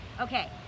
Okay